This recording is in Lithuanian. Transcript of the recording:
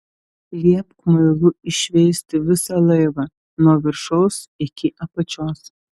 liepk muilu iššveisti visą laivą nuo viršaus iki apačios